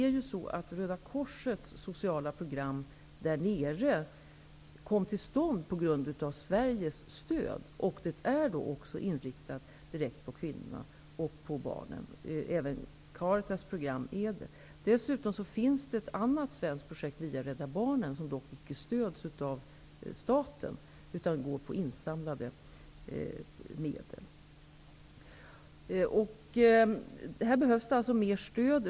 Röda korsets sociala program där nere kom ju till stånd tack vare Sveriges stöd, och det är också direkt riktat till kvinnorna och barnen, liksom även Caritas program. Dessutom finns ett annat svenskt projekt som drivs via Rädda barnen men som dock inte stöds av staten utan fungerar genom insamlade medel. Det behövs alltså mer stöd.